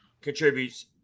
contributes